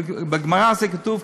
ובגמרא כתוב,